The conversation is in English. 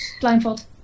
blindfold